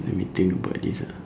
let me think about this ah